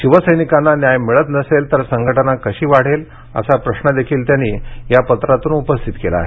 शिवसैनिकांना न्याय मिळत नसेल तर संघटना कशी वाढेल असा प्रश्न देखील त्यांनी या पत्रातून उपस्थित केला आहे